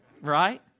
right